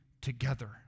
together